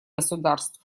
государств